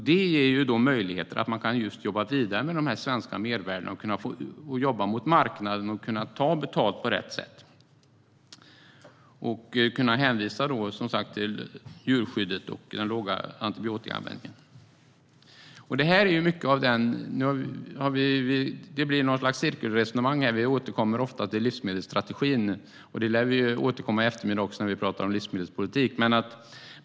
Det ger då möjligheter att jobba vidare med de svenska mervärdena och jobba mot marknaden för att kunna ta betalt på rätt sätt genom att hänvisa till djurskyddet och den låga antibiotikaanvändningen. Här blir det något slags cirkelresonemang. Vi återkommer ofta till livsmedelsstrategin, och det lär vi göra också i eftermiddag när vi ska diskutera livsmedelspolitik.